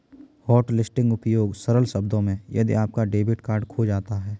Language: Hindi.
हॉटलिस्टिंग उपयोग सरल शब्दों में यदि आपका डेबिट कार्ड खो जाता है